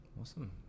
awesome